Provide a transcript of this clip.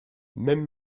même